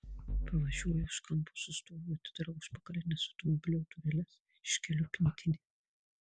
pavažiuoju už kampo sustoju atidarau užpakalines automobilio dureles iškeliu pintinę